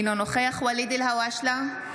אינו נוכח ואליד אלהואשלה,